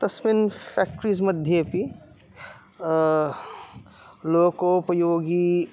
तस्मिन् फेक्ट्रीस्मध्येपि लोकोपयोगी